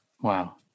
Wow